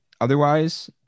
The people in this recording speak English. otherwise